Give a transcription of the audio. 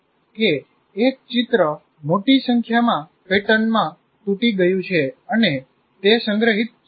તેનો અર્થ એ કે એક ચિત્ર મોટી સંખ્યામાં પેટર્નમાં તૂટી ગયું છે અને તે સંગ્રહિત છે